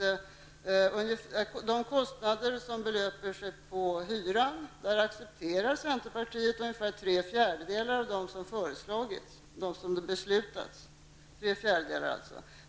Av de kostnadsökningar som slår igenom på hyror accepterade centerpartiet ungefär tre fjärdedelar.